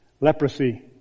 Leprosy